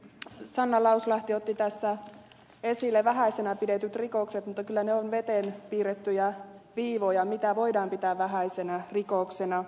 sanna lauslahti otti tässä esille vähäisenä pidetyt rikokset mutta kyllä ne ovat veteen piirrettyjä viivoja mitä voidaan pitää vähäisenä rikoksena